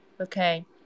Okay